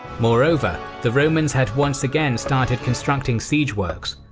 moreover, the romans had once again started constructing siege works,